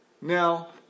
Now